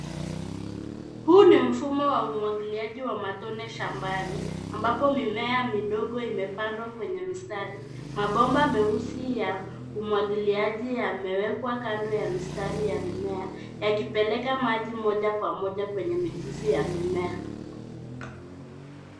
Huu ni mfumo wa umwangiliaji wa matone shambani, ambapo mimea midogo imepandwa kwenye mistari, mabomba meusi ya umwangiliaji yamewekwa kando ya mistari ya mimea, yakipeleka maji moja kwa moja kwenye mizizi ya mimea.